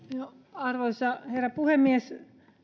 arvoisa herra puhemies